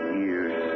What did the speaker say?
years